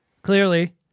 Clearly